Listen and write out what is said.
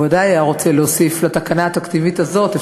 הוא ודאי היה רוצה להוסיף לתקנה התקציבית הזאת.